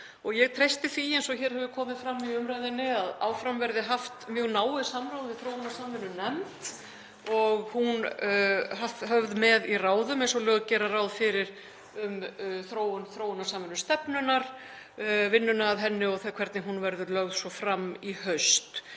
og ég treysti því, eins og hér hefur komið fram í umræðunni, að áfram verði haft mjög náið samráð við þróunarsamvinnunefnd og hún höfð með í ráðum, eins og lög gera ráð fyrir, um þróun stefnunnar, vinnuna að henni og hvernig hún verður lögð fram í haust.